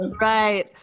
right